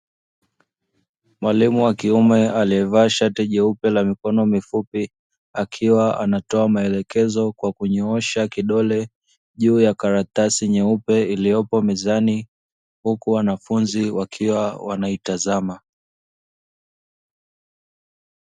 Mwalimu wa kiume alievaa shati jeupe la mikono mifupi akiwa anatoa maelekezo kwa kunyoosha kidole juu ya karatasi nyeupe iliyopo mezani huku wanafunzi wakiwa wanaitazama.